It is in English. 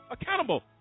Accountable